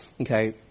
Okay